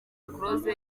close